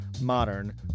modern